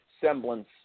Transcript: semblance